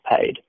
paid